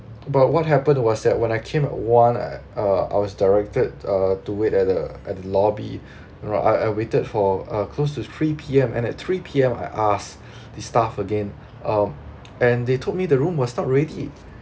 but what happen was that when I came at one I uh I was directed uh to wait at the at the lobby you know I I awaited for uh close to three P_M and at three P_M I asked the staff again um and they told me the room was not ready I